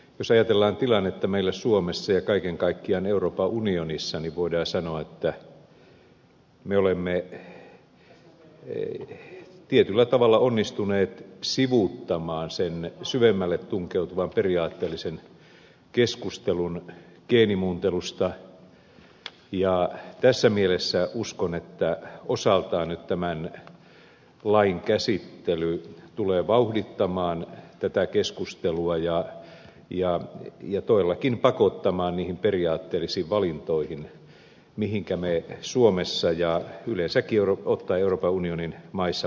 jos ajatellaan tilannetta meillä suomessa ja kaiken kaikkiaan euroopan unionissa niin voidaan sanoa että me olemme tietyllä tavalla onnistuneet sivuuttamaan syvemmälle tunkeutuvan periaatteellisen keskustelun geenimuuntelusta ja tässä mielessä uskon että osaltaan nyt tämän lain käsittely tulee vauhdittamaan tätä keskustelua ja todellakin pakottamaan niihin periaatteellisiin valintoihin mihinkä me suomessa ja yleensäkin ottaen euroopan unionin maissa päädytään